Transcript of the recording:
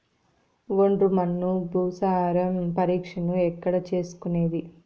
ఒండ్రు మన్ను భూసారం పరీక్షను ఎక్కడ చేసుకునేది?